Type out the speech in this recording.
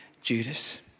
Judas